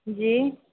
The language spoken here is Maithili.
जी